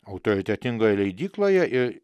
autoritetingoj leidykloje ir